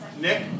Nick